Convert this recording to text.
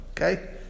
okay